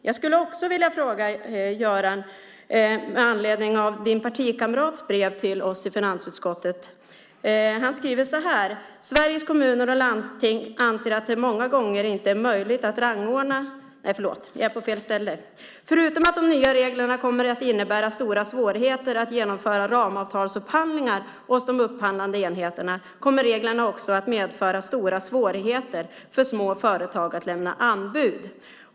Jag har också en fråga med anledning av din partikamrats brev till oss i finansutskottet. Han skriver att förutom att de nya reglerna kommer att innebära stora svårigheter att genomföra ramavtalsupphandlingar hos de upphandlande enheterna kommer reglerna också att medföra stora svårigheter för små företag att lämna anbud.